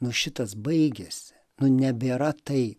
nu šitas baigiasi nu nebėra tai